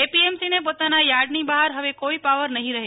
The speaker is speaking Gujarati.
એપીએમસીને પોતાના યાર્ડની બહાર હવે કોઈ પાવર નહી રહે